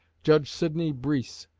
judge sidney breese,